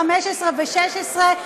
15 ו-16,